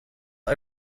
are